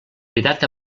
cridat